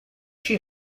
she